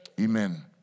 Amen